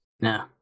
No